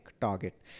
target